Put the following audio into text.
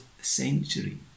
century